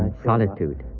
and solitude,